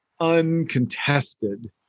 uncontested